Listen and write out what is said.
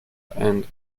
and